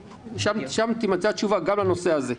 שם תימצא התשובה גם לנושא הזה.